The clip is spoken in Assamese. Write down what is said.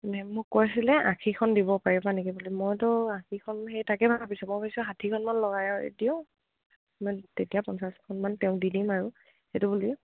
মেম মোক কৈছিলে আশীখন দিব পাৰিবা নেকি বুলি মইতো আশীখন সেই তাকে ভাবিছঁই পিছোঁ াঠিখন মমান লগাই দওঁ মই তেতিয়া পঞ্চাছখনমান তেওঁ দি দিম আৰু সেইটো ব